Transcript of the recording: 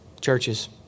churches